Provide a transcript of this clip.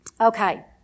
Okay